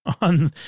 on